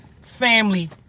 family